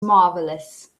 marvelous